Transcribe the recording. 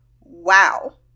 wow